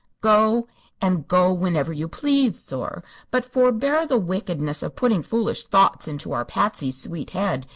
go and go whinever you please, sor but forbear the wickedness of putting foolish thoughts into our patsy's sweet head.